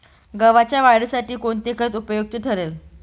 गव्हाच्या वाढीसाठी कोणते खत उपयुक्त ठरेल?